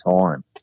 time